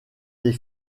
des